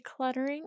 decluttering